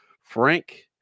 Frank